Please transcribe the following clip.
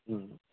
ꯎꯝ